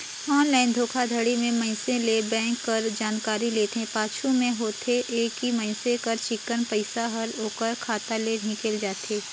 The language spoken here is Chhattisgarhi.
ऑनलाईन धोखाघड़ी में मइनसे ले बेंक कर जानकारी लेथे, पाछू में होथे ए कि मइनसे कर चिक्कन पइसा हर ओकर खाता ले हिंकेल जाथे